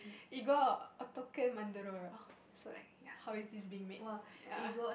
so like how is this being made ya